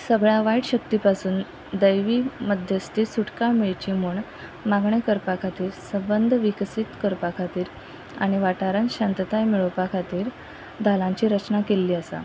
सगळ्या वायट शक्ती पासून दैवी मध्यस्ती सुटकां मेळची म्हूण मागणी करपा खातीर संबंद विकसीत करपा खातीर आनी वाठारांत शांतताय मेळोवपा खातीर धालांची रचना केल्ली आसा